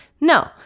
No